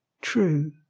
True